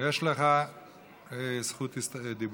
יש לך בקשת דיבור.